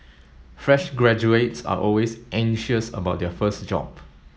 fresh graduates are always anxious about their first job